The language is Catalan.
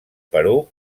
perú